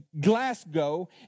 Glasgow